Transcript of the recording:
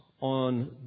on